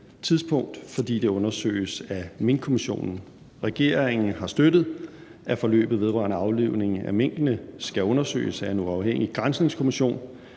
tidspunkt, fordi det undersøges af Minkkommissionen. Regeringen har støttet, at forløbet vedrørende aflivning af minkene skal undersøges af en uafhængig granskningskommission.